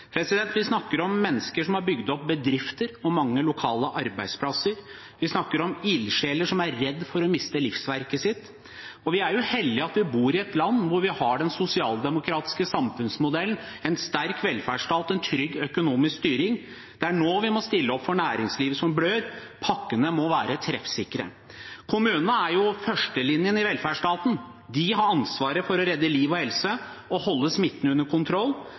Vi snakker om mennesker som har bygd opp bedrifter og mange lokale arbeidsplasser. Vi snakker om ildsjeler som er redd for miste livsverket sitt. Vi er heldige som bor i et land der vi har den sosialdemokratiske samfunnsmodellen – en sterk velferdsstat og en trygg økonomisk styring. Det er nå vi må stille opp for næringslivet som blør, pakkene må være treffsikre. Kommunene er førstelinjen i velferdsstaten. De har ansvaret for å redde liv og helse og holde smitten under kontroll.